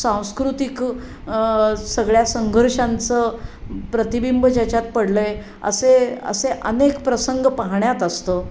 सांस्कृतिक सगळ्या संघर्षांचं प्रतिबिंब ज्याच्यात पडलं आहे असे असे अनेक प्रसंग पाहण्यात असतं